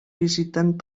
visitant